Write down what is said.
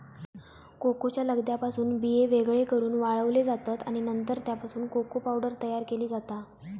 कोकोच्या लगद्यापासून बिये वेगळे करून वाळवले जातत आणि नंतर त्यापासून कोको पावडर तयार केली जाता